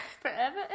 Forever